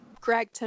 greg